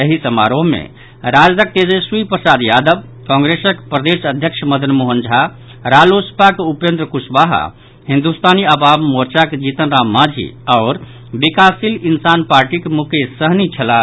एहि समारोह मे राजदक तेजस्वी प्रसाद यादव कांग्रेसक प्रदेश अध्यक्ष मदन मोहन झा रालोसपाक उपेन्द्र कुशवाहा हिन्दुस्तानी आवाम मोर्चाक जीतन राम मांझी आओर विकासशील इंसान पार्टीक मुकेश सहनी छलाह